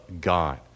God